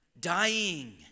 Dying